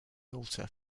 altar